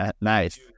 nice